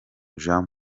jean